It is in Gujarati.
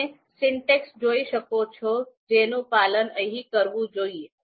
તમે સિન્ટેક્સ જોઈ શકો છો જેનું પાલન અહીં કરવું જોઈએ